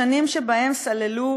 בשנים שבהן סללו